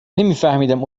نمیفهمیدم